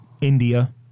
India